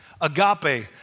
agape